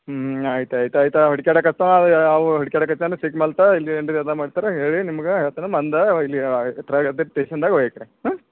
ಹ್ಞೂ ಆಯ್ತು ಆಯ್ತು ಆಯಿತು ಹುಡ್ಕ್ಯಾಡ ಕತ್ತವ ಅವು ಅವು ಹುಡ್ಕ್ಯಾಡ ಕತ್ತಲು ಸಿಗ್ಮತ್ತ ಇಲ್ಲಿ ಅಂದ್ರ ಎಲ್ಲ ಮಾಡ್ತಾರ ಹೇಳಿ ನಿಮ್ಗೆ ಹೇಳ್ತಾರೆ ಬಂದು ಇಲ್ಲಿ ಹಾಂ